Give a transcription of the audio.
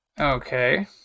Okay